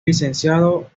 licenciado